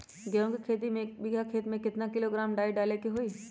गेहूं के खेती में एक बीघा खेत में केतना किलोग्राम डाई डाले के होई?